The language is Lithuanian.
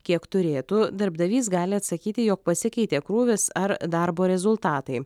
kiek turėtų darbdavys gali atsakyti jog pasikeitė krūvis ar darbo rezultatai